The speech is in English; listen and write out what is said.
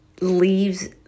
leaves